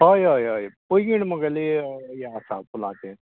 हय हय हय पैंगीण म्हगेली यें आसा फुलांचे